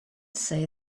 say